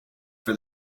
for